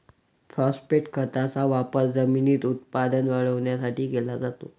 phosphate खताचा वापर जमिनीत उत्पादन वाढवण्यासाठी केला जातो